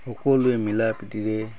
সকলোৱে মিলাপ্ৰীতিৰে